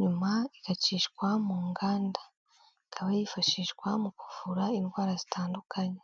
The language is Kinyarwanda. nyuma igacishwa munganda, ikaba yifashishwa mu kuvura indwara zitandukanye.